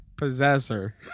Possessor